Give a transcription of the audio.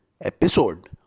episode